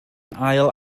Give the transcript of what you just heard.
ail